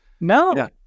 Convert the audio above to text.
No